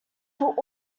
put